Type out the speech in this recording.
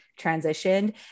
transitioned